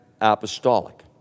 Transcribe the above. apostolic